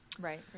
Right